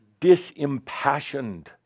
disimpassioned